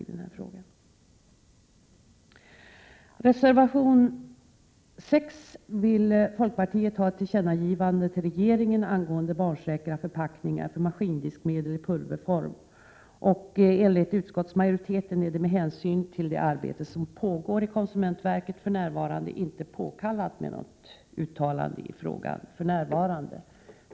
I reservation 6 vill folkpartiet ha ett tillkännagivande till regeringen angående barnsäkra förpackningar för maskindiskmedel i pulverform. Enligt utskottsmajoriteten är det med hänsyn till det arbete som pågår i konsumentverket för närvarande inte påkallat med något uttalande i frågan.